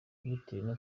bitewe